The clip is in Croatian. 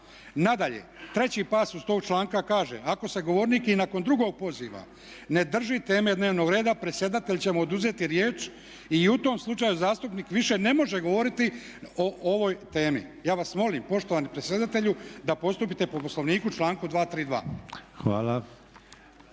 Nadalje, treći pasus tog članka kaže "Ako se govornik i nakon drugog poziva ne drži teme dnevnog reda, predsjedatelj će mu oduzeti riječ i u tom slučaju zastupnik više ne može govoriti o ovoj temi." Ja vas molim poštovani predsjedatelju da postupite po Poslovniku članku 232.